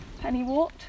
pennywort